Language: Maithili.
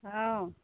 हँ